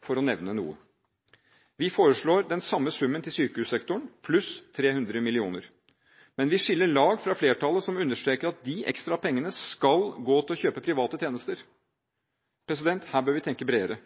for å nevne noe. Vi foreslår den samme summen til sykehussektoren, pluss 300 mill. kr, men vi skiller lag fra flertallet, som understreker at de ekstra pengene skal gå til å kjøpe private tjenester. Her bør vi tenke bredere.